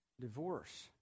divorce